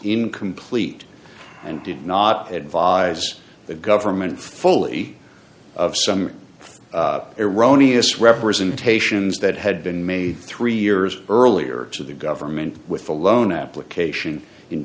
incomplete and did not advise the government fully of some erroneous representations that had been made three years earlier to the government with a loan application in